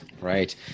Right